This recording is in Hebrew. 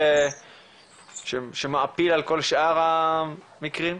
משהו שמעפיל על כל שאר המקרים?